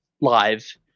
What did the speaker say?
live